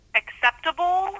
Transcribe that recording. acceptable